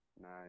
Nice